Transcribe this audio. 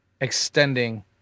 extending